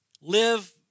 live